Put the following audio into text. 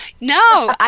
No